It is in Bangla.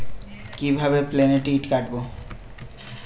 কিভাবে প্লেনের টিকিট কাটব?